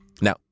Now